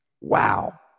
Wow